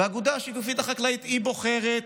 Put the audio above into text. והאגודה השיתופית החקלאית בוחרת